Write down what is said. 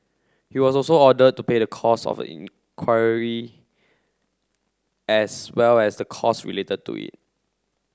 he was also ordered to pay the cost of inquiry as well as the cost related to it